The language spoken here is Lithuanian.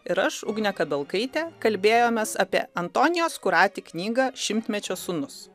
ir aš ugnė kabelkaitė kalbėjomės apie antonijos kurati knygą šimtmečio sūnus